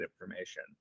information